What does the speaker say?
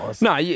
no